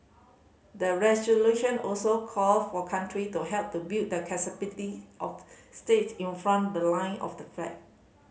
the resolution also call for country to help to build the capacity of state in front the line of the fan